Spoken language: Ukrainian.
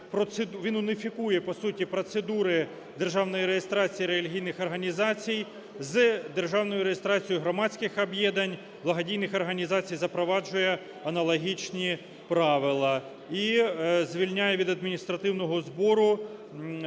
Він уніфікує по суті процедури державної реєстрації релігійних організацій з державною реєстрацією громадських об'єднань, благодійних організацій, запроваджує аналогічні правила і звільняє від адміністративного збору